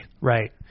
Right